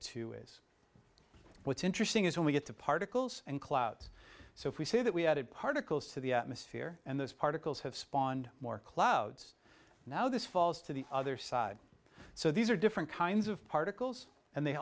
two is what's interesting is when we get to particles and clouds so if we say that we had particles to the atmosphere and those particles have spawned more clouds now this falls to the other side so these are different kinds of particles and they